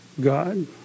God